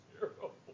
terrible